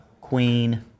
queen